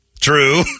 True